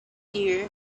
you